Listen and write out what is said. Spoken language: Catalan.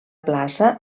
plaça